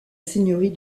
seigneurie